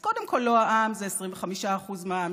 אז קודם כול, לא העם, זה 25% מהעם.